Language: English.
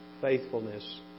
faithfulness